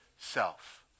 self